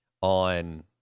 on